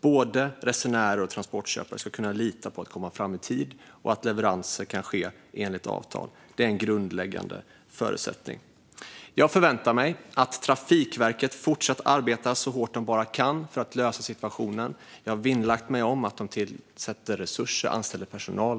Både resenärer och transportköpare ska kunna lita på att de kommer fram i tid och att leveranser kan ske enligt avtal. Det är en grundläggande förutsättning. Jag förväntar mig att Trafikverket fortsätter arbeta så hårt de bara kan för att lösa situationen. Jag har vinnlagt mig om att se till att de tillsätter resurser och anställer personal.